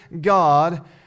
God